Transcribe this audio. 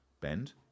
bend